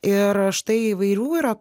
ir štai įvairių yra